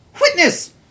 Witness